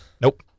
Nope